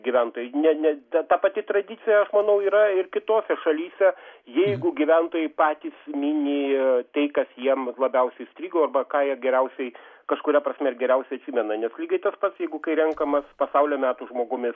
gyventojai ne ne ta ta pati tradicija aš manau yra ir kitose šalyse jeigu gyventojai patys mini tai kas jiem labiausiai įstrigo arba ką jie geriausiai kažkuria prasme ir geriausiai atsimena nes lygiai tas jeigu kai renkamas pasaulio metų žmogumi